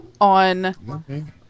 on